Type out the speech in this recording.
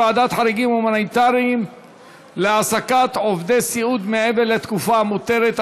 ועדת חריגים הומניטרית להעסקת עובדי סיעוד מעבר לתקופה המותרת),